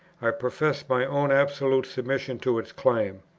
i profess my own absolute submission to its claim.